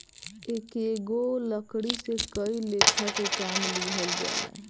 एकेगो लकड़ी से कई लेखा के काम लिहल जाला